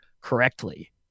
correctly